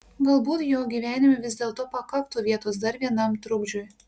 galbūt jo gyvenime vis dėlto pakaktų vietos dar vienam trukdžiui